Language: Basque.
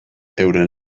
euren